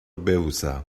ببوسم